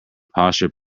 posher